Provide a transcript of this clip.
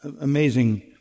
amazing